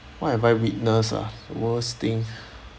what have I witnessed ah worst thing